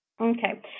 Okay